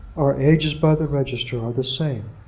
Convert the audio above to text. our ages by the register are the same,